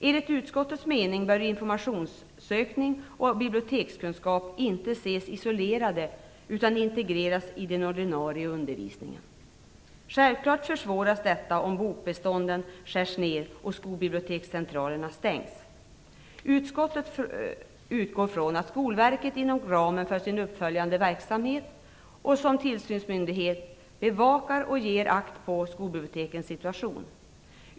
Enligt utskottets mening bör informationssökning och bibliotekskunskap inte ses isolerade, utan integreras i den ordinarie undervisningen. Självklart försvåras detta om bokbestånden skärs ned och skolbibliotekscentralerna stängs. Utskottet utgår från att Skolverket inom ramen för sin uppföljande verksamhet och som tillsynsmyndighet bevakar och ger akt på skolbibliotekens situation.